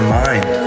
mind